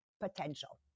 potential